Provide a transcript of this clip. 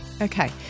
Okay